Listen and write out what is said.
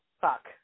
fuck